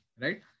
Right